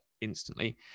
instantly